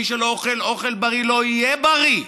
מי שלא אוכל אוכל בריא לא יהיה בריא.